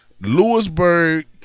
Lewisburg